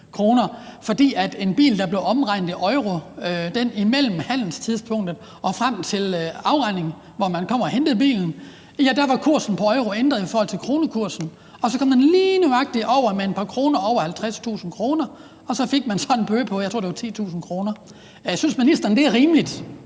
på en bil, der blev omregnet i euro, imellem handelstidspunktet og frem til afregningen, hvor man kom og hentede bilen, var ændret i forhold til kronekursen, og så kom prisen lige nøjagtig med et par kroner over 50.000 kr., og så fik forhandleren så en bøde på, jeg tror det var 10.000 kr. Synes ministeren, det er rimeligt?